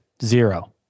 Zero